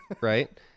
right